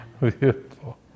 Beautiful